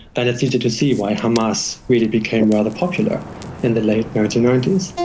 then it's easy to see why hamas really became rather popular in the late nineteen ninety s.